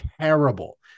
terrible